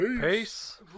Peace